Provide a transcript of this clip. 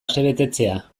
asebetetzea